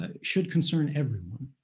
ah should concern everyone.